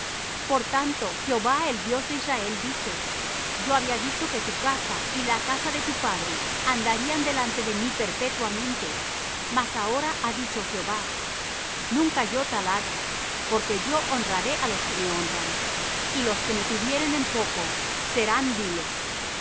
por tanto jehová el dios de israel dice yo había dicho que tu casa y la casa de tu padre andarían delante de mí perpetuamente mas ahora ha dicho jehová nunca yo tal haga porque yo honraré á los que me honran y los que me tuvieren en poco serán viles